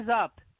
up